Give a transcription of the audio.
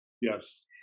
Yes